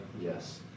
Yes